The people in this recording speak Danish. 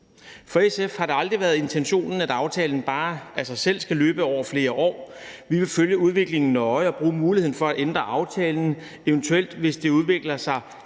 For SF har det aldrig været intentionen, at aftalen bare af sig selv skulle løbe over flere år. Vi vil følge udviklingen nøje og bruge muligheden for at ændre aftalen, hvis det eventuelt udvikler sig